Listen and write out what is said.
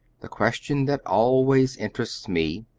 the question that always interests me,